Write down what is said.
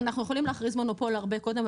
אנחנו יכולים להכריז מונופול הרבה קודם.